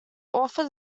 author